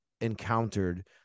encountered